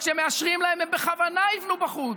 וכשמאשרים להם הם בכוונה יבנו בחוץ,